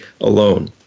alone